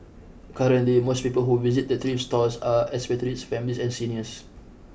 currently most people who visit the thrift stores are expatriates families and seniors